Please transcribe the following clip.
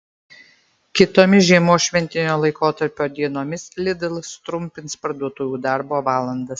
kitomis žiemos šventinio laikotarpio dienomis lidl sutrumpins parduotuvių darbo valandas